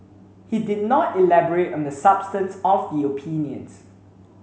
he did not elaborate on the substance of the opinions